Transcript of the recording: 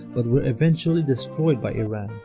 but were eventually destroyed by iran